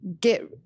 get